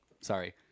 sorry